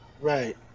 right